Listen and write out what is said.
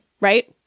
right